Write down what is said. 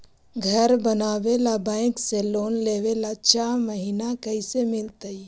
घर बनावे ल बैंक से लोन लेवे ल चाह महिना कैसे मिलतई?